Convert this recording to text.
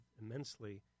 immensely